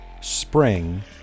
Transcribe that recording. spring